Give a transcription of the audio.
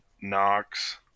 Knox